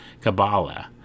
Kabbalah